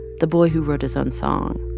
the boy who wrote his own song.